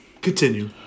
Continue